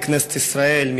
בכנסת ישראל,